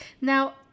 Now